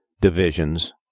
divisions